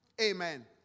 Amen